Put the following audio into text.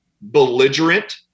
Belligerent